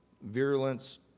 Virulence